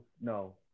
No